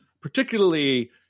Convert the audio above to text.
particularly